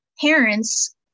parents